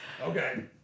Okay